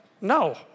no